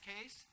case